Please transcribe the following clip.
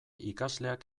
ikasleak